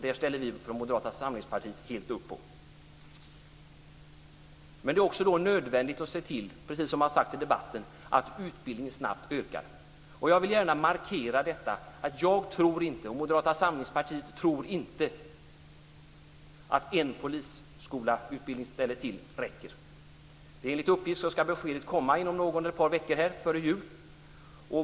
Det ställer vi från Moderata samlingspartiet oss helt bakom. Men det är då också nödvändigt att se till, precis som har sagts i debatten, att utbildningen snabbt ökar. Jag vill markera att jag och Moderata samlingspartiet inte tror att ett utbildningsställe till för Polishögskolan räcker. Enligt uppgift ska det komma besked ett par veckor före jul.